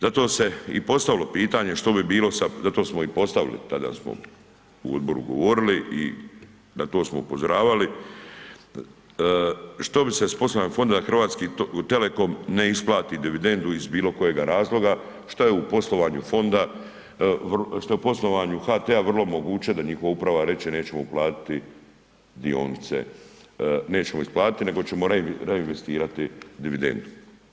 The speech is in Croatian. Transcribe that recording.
Zato se i postavilo pitanje što bi bilo sa, zato smo i postavili, tada smo u odboru govorili i na to smo upozoravali, što bi se s poslovnim fonda HT ne isplati dividendu iz bilo kojega razloga, što je u poslovanju Fonda, što je u poslovanju HT-a vrlo moguće, da njihova uprava reče nećemo platiti dionice, nećemo isplatiti nego ćemo reinvestirati dividendu.